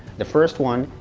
the first one,